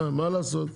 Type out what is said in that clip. מה לעשות?